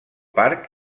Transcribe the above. parc